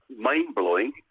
mind-blowing